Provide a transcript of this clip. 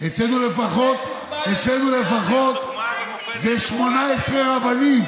אצלנו לפחות זה 18 רבנים.